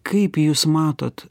kaip jūs matot